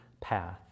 path